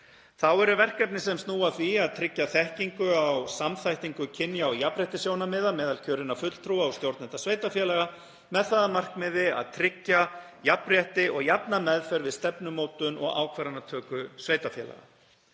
Þá eru verkefni sem snúa að því að tryggja þekkingu á samþættingu kynja og jafnréttissjónarmiða meðal kjörinna fulltrúa og stjórnenda sveitarfélaga með það að markmiði að tryggja jafnrétti og jafna meðferð við stefnumótun og ákvarðanatöku sveitarfélaga.